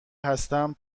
هستم